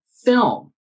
film